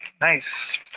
nice